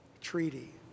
treaty